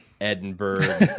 Edinburgh